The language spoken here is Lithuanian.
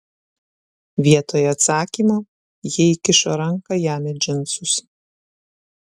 vietoj atsakymo ji įkišo ranką jam į džinsus